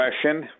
question